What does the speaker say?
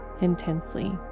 intensely